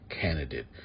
candidate